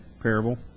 parable